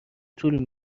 طول